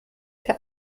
der